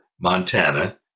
Montana